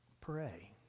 pray